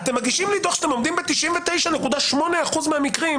אתם מגישים לי דוח שאתם עומדים ב-99.8% מהמקרים,